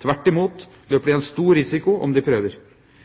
Tvert imot løper